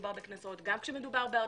כשמדובר בקנסות, גם כשמדובר ארנונה.